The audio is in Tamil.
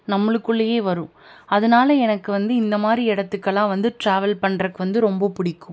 நம்மளுக்குள்ளேயே வரும் அதனால் எனக்கு வந்து இந்தமாதிரி இடத்துக்கெல்லாம் வந்து ட்ராவல் பண்ணுறக்கு வந்து ரொம்ப பிடிக்கும்